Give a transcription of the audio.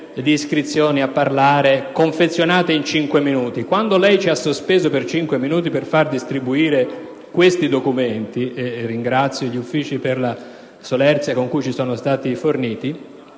di iscrizioni a parlare confezionate in cinque minuti. Quando lei, signor Presidente, ha sospeso la seduta per cinque minuti per far distribuire questi documenti - e ringrazio gli Uffici per la solerzia con cui ci sono stati forniti